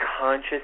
conscious